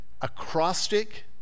acrostic